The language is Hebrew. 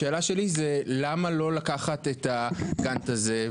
השאלה שלי היא למה לא לקחת את הגאנט הזה,